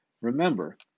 Remember